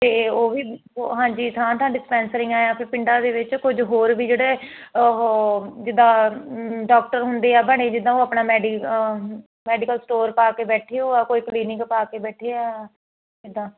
ਤੇ ਉਹ ਵੀ ਹਾਂਜੀ ਥਾਂ ਥਾਂ ਡਿਸਪੈਂਸਰੀਆਂ ਆ ਪਿੰਡਾਂ ਦੇ ਵਿੱਚ ਕੁਝ ਹੋਰ ਵੀ ਜਿੱਦਾਂ ਜਿਹੜੇ ਉਹ ਜਿਦਾਂ ਡਾਕਟਰ ਹੁੰਦੇ ਆ ਬਣੇ ਜਿਦਾਂ ਉਹ ਆਪਣਾ ਮੈਡੀਕਲ ਸਟੋਰ ਪਾ ਕੇ ਬੈਠੇ ਹੋ ਆ ਕੋਈ ਕਲੀਨਿਕ ਪਾ ਕੇ ਬੈਠੇ ਆ ਜਿੱਦਾਂ